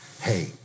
hey